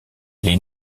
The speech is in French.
les